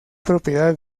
propiedad